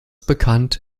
bekannt